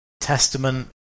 testament